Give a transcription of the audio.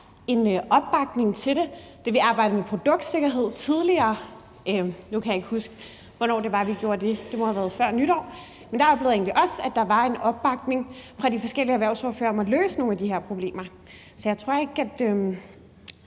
en opbakning til det. Da vi arbejdede med produktsikkerhed tidligere – nu kan jeg ikke huske, hvornår det var, vi gjorde det; det må have været før nytår – oplevede jeg egentlig også, at der var en opbakning fra de forskellige erhvervsordførere til at løse nogle af de her problemer. Så måske ordføreren